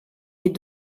est